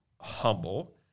humble